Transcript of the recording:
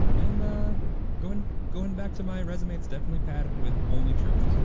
and ah going going back to my resume it's definitely padded with only truth.